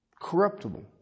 Corruptible